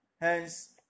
hence